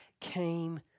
came